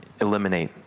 eliminate